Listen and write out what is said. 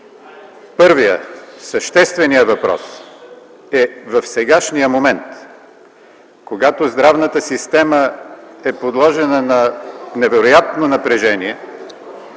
Първият, същественият въпрос е: в сегашния момент, когато здравната система е подложена на невероятно напрежение,